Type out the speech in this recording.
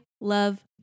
love